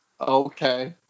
Okay